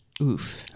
Oof